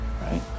right